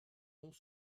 ronds